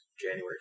January